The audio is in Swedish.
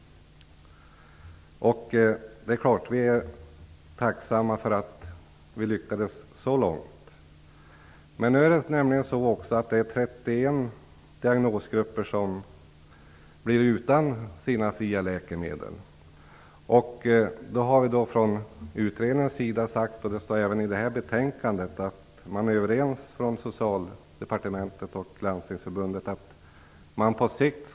Vi är naturligtvis tacksamma för att vi lyckades så långt. Men det är 31 diagnosgrupper som blir utan sina fria läkemedel. Från utredningens sida har vi sagt att man på sikt skall utvidga dessa vårdprogram till övriga diagnosgrupper. Det står också i det betänkande vi nu diskuterar att Socialdepartementet och Landstingsförbundet är överens om detta.